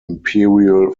imperial